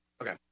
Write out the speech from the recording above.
Okay